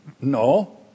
no